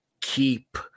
keep